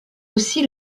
aussi